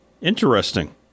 interesting